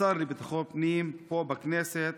השר לביטחון פנים פה בכנסת,